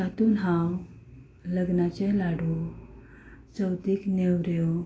तातूंत हांव लग्नाचे लाडू चवथीक नेवऱ्यो